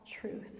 truth